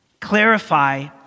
clarify